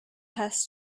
has